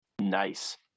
Nice